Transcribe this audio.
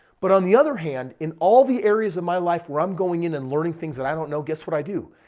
but on the other hand, in all the areas of my life where i'm going in and learning things that i don't know, guess what i do?